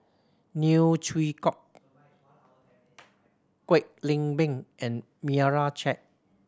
Neo Chwee Kok Kwek Leng Beng and Meira Chand